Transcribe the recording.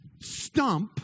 stump